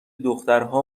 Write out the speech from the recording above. دخترها